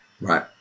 Right